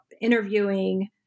interviewing